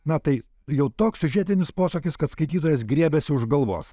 na tai jau toks siužetinis posūkis kad skaitytojas griebiasi už galvos